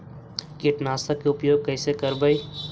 कीटनाशक के उपयोग कैसे करबइ?